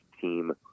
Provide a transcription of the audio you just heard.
team